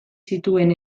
zituen